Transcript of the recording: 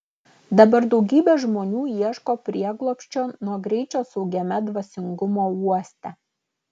dabar daugybė žmonių ieško prieglobsčio nuo greičio saugiame dvasingumo uoste